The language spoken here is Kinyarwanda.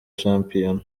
shampiyona